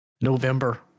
November